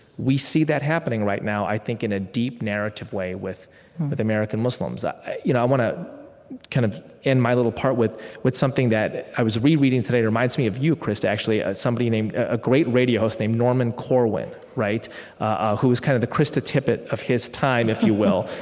we see that happening right now, i think, in a deep narrative way with with american muslims. i you know i want to kind of end my little part with with something that i was rereading today that reminds me of you, krista, actually. ah somebody named a great radio host named norman corwin, ah who was kind of the krista tippett of his time, if you will,